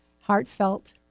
heartfelt